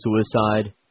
suicide